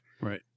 Right